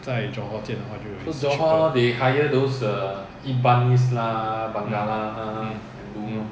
在 johor 建的话就 is cheaper mm mm